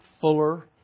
fuller